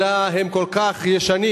אלא הם כל כך ישנים